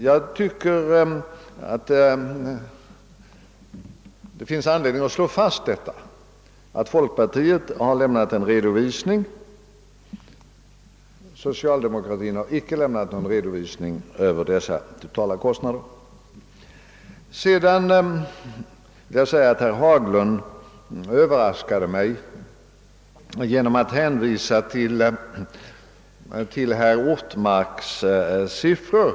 Jag tycker det finns anledning slå fast detta, att folkpartiet har i stort sett lämnat en redovisning över de totala kostnaderna, medan socialdemokratin icke lämnat någon motsvarande redovisning. Herr Haglund förvånade mig genom att hänvisa till Åke Ortmarks siffror.